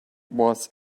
was